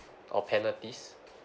or penalties